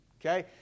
Okay